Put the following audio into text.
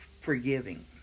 forgiving